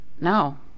no